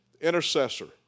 intercessor